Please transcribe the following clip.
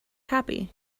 happy